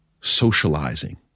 socializing